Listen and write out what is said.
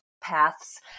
paths